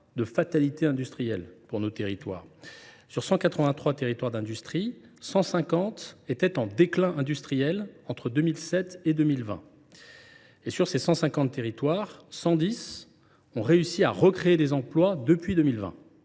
de fatalité industrielle pour nos territoires. Sur 183 territoires d’industrie, 150 étaient en déclin industriel entre 2007 et 2020, mais 110 de ces 150 territoires ont réussi à recréer des emplois depuis 2020.